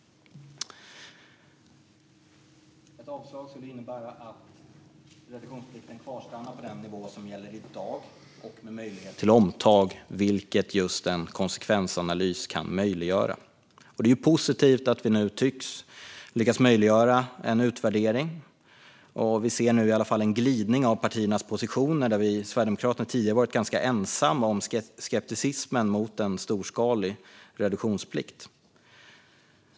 Ett avslag skulle innebära att reduktionsplikten stannar på den nivå som gäller i dag, med möjlighet till omtag vilket just en konsekvensanalys kan möjliggöra. Det är positivt att vi nu tycks lyckas möjliggöra en utvärdering. Vi ser nu i alla fall en glidning av partiernas positioner där vi i Sverigedemokraterna tidigare har varit ganska ensamma i vår skepticism mot en storskalig reduktionsplikt.